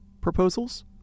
proposals